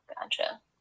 Gotcha